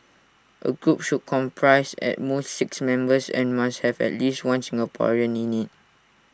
A group should comprise at most six members and must have at least one Singaporean in IT